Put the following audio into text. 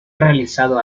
realizado